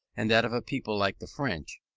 and that of a people like the french,